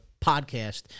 podcast